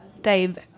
dave